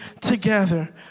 together